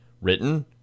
Written